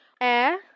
Air